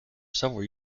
several